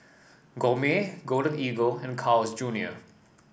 Gourmet Golden Eagle and Carl's Junior